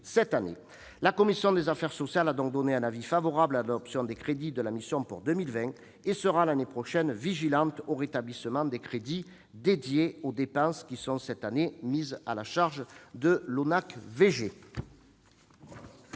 cette année. La commission des affaires sociales a donc donné un avis favorable à l'adoption des crédits de la mission pour 2020 et sera vigilante, l'année prochaine, au rétablissement des crédits consacrés aux dépenses mises cette année à la charge de l'ONAC-VG.